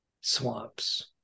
swamps